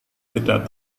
tidak